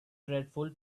dreadful